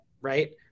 right